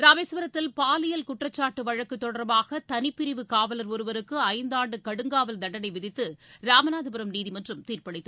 ராமேஸ்வரத்தில் பாலியல் குற்றச்சாட்டு வழக்கு தொடர்பாக தனிப்பிரிவு காவலர் ஒருவருக்கு ஐந்து ஆண்டு கடுங்காவல் தண்டனை விதித்து ராமநாதபுரம் நீதிமன்றம் தீர்ப்பளித்துள்ளது